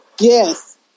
Yes